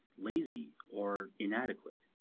lazy, or inadequate.